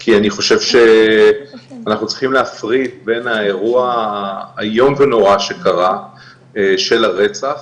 כי אני חושב שאנחנו צריכים להפריד בין האירוע האיום ונורא שקרה של הרצח